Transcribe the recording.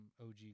OG